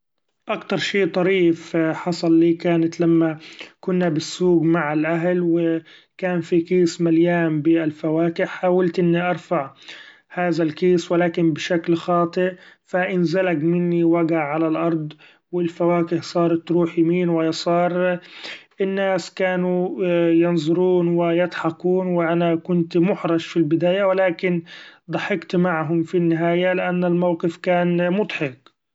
أكتر شي طريف حصل لي كانت لما كنا بالسوق مع الأهل و كان في كيس مليان بالفواكه حاولت إني ارفع هذا الكيس ، و لكن بشكل خاطيء ف انزلق مني وقع علي الأرض ، و الفواكه صارت تروح يمين و يسار ، الناس كانو ينظرون و يضحكون و أنا كنت محرج في البداية ، و لكن ضحكت معهم في النهاية لأن الموقف كان مضحك.